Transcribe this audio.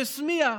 שסמיע,